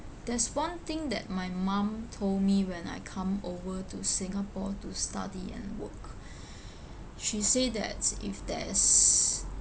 there's one thing that my mum told me when I come over to singapore to study and work she say that if there's